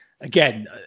again